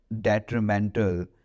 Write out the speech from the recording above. detrimental